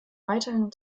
weiterhin